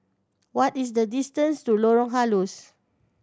what is the distance to Lorong Halus